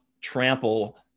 trample